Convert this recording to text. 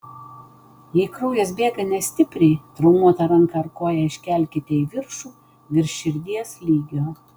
jei kraujas bėga nestipriai traumuotą ranką ar koją iškelkite į viršų virš širdies lygio